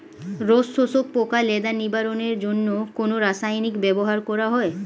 রস শোষক পোকা লেদা নিবারণের জন্য কোন রাসায়নিক ব্যবহার করা হয়?